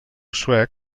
suec